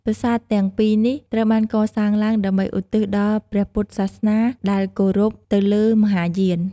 ប្រាសាទទាំងពីរនេះត្រូវបានកសាងឡើង ដើម្បីឧទ្ទិសដល់ព្រះពុទ្ធសាសនា ដែលគៅរពទៅលើ មហាយាន។